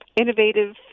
innovative